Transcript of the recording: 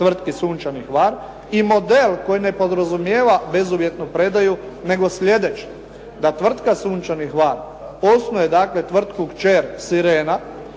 tvrtki "Sunčani Hvar" i model koji ne podrazumijeva bezuvjetnu predaju, nego sljedeće da tvrtka "Sunčani Hvar" osnuje tvrtku kćer "Sirena",